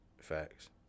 Facts